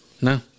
no